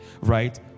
right